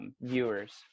Viewers